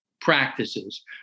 practices